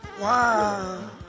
Wow